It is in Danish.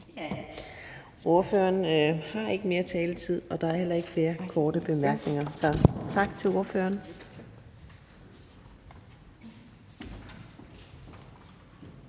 Ja, ordføreren har ikke mere taletid, og der er heller ikke flere korte bemærkninger. Så tak til ordføreren.